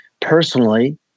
personally